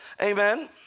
Amen